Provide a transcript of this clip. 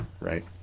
right